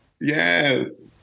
Yes